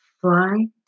Fly